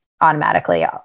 automatically